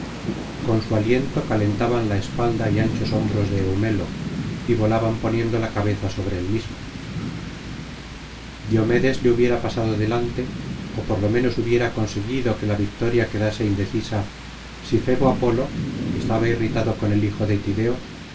con su aliento calentaban la espalda y anchos hombros de eumelo y volaban poniendo la cabeza sobre el mismo diomedes le hubiera pasado delante ó por lo menos hubiera conseguido que la victoria quedase indecisa si febo apolo que estaba irritado con el hijo de tideo